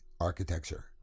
architecture